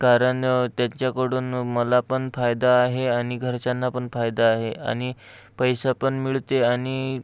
कारण त्याच्याकडून मला पण फायदा आहे आणि घरच्यांना पण फायदा आहे आणि पैसा पण मिळते आणि